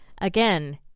Again